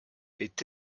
est